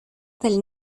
del